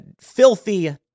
filthy